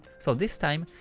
so this time,